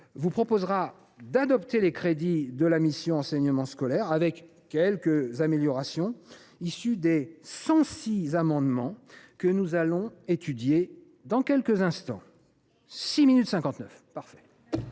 vous invitera à adopter les crédits de la mission « Enseignement scolaire », avec quelques améliorations issues des 106 amendements que nous allons étudier dans quelques instants. La parole